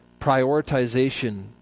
prioritization